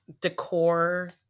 decor